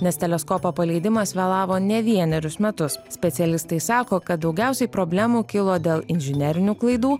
nes teleskopo paleidimas vėlavo ne vienerius metus specialistai sako kad daugiausiai problemų kilo dėl inžinerinių klaidų